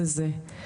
זה זה.